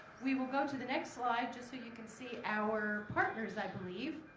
we will go to the next slide just so you can see our partners. i believe